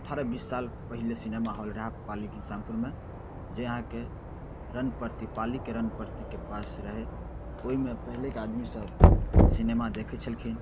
अठारह बीस साल पहिले सिनेमाहॉल रहै पाली घनश्यामपुरमे जे अहाँके रनप्रति पालीके रनप्रतिके पास रहै ओहिमे पहिलेके आदमीसब सिनेमा देखै छलखिन